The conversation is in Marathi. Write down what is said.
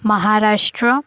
महाराष्ट्र